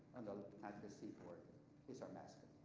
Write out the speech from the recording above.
at the seaport he's our mascot.